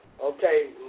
Okay